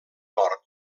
nord